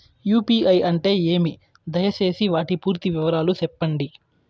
UPI అంటే ఏమి? దయసేసి వాటి పూర్తి వివరాలు సెప్పండి?